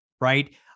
right